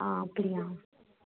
ஆ அப்படியா